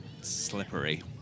slippery